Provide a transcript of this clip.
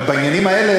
אבל בעניינים האלה,